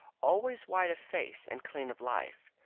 always white of face and clean of life.